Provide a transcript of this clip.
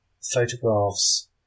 photographs